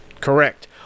Correct